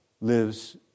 lives